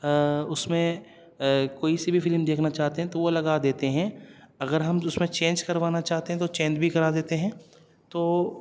اس میں کوئی سی بھی فلم دیکھنا چاہتے ہیں تو وہ لگا دیتے ہیں اگر ہم اس میں چینج کروانا چاہتے ہیں تو چینج بھی کرا دیتے ہیں تو